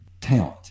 talent